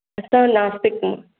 असां नासिक मां